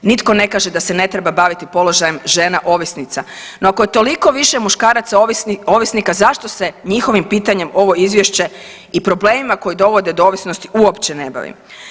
Nitko ne kaže da se ne treba baviti žena ovisnica, no ako je toliko više muškaraca ovisnika zašto se njihovim pitanjem ovo izvješće i problemima koje dovode do ovisnosti uopće ne bavi?